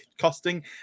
costing